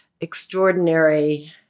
Extraordinary